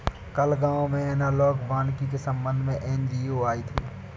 कल गांव में एनालॉग वानिकी के संबंध में एन.जी.ओ आई थी